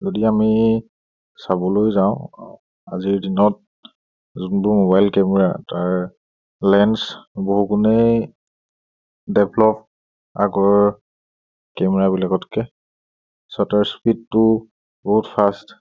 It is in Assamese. যদি আমি চাবলৈ যাওঁ আজিৰ দিনত যোনবোৰ মোবাইল কেমেৰা তাৰ লেন্স বহু গুণেই ডেভলপ আগৰৰ কেমেৰাবিলাকতকৈ স্পীডটো বহুত ফাষ্ট